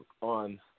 on